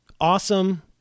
awesome